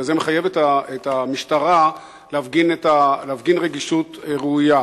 וזה מחייב את המשטרה להפגין רגישות ראויה.